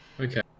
Okay